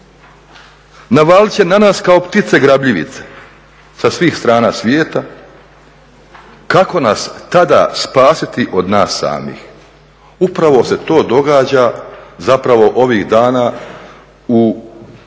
Navalit će na nas kao ptice grabljivice sa svih strana svijeta, kako nas tada spasiti od nas samih? Upravo se to događa zapravo ovih dana u